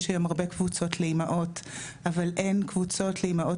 יש היום הרבה קבוצות לאימהות אבל אין קבוצות לאימהות